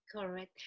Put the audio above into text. Correct